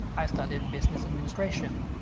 i studied business administration.